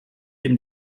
dem